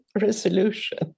resolution